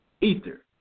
ether